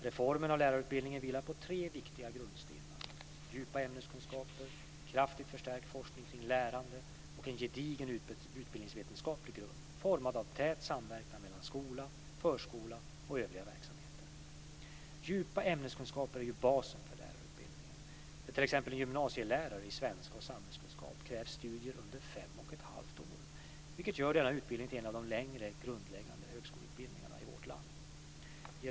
Reformen av lärarutbildningen vilar på tre viktiga grundstenar: djupa ämneskunskaper, kraftigt förstärkt forskning kring lärande och en gedigen utbildningsvetenskaplig grund formad av tät samverkan med skola, förskola och övriga verksamheter. Djupa ämneskunskaper är basen för lärarutbildningen. För t.ex. en gymnasielärare i svenska och samhällskunskap krävs studier under 5 1⁄2 år, vilket gör denna utbildning till en av de längre grundläggande högskoleutbildningarna i vårt land.